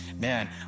man